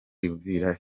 uvira